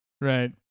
Right